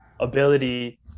ability